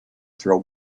throw